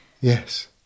Yes